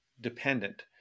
dependent